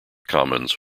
commons